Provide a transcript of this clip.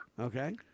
Okay